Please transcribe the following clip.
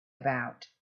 about